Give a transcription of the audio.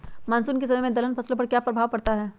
Monsoon के समय में दलहन फसलो पर क्या प्रभाव पड़ता हैँ?